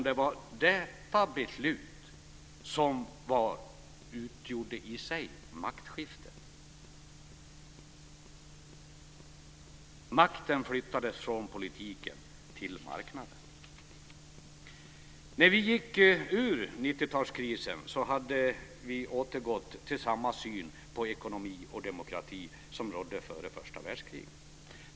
Det var detta beslut som i sig utgjorde maktskiftet, dvs. makten flyttades från politiken till marknaden. När vi gick ur 90-talskrisen hade vi återgått till samma syn på ekonomi och demokrati som rådde före första världskriget.